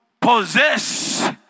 possess